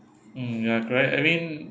mm ya correct I mean